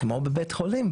כמו בבית חולים,